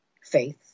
Faith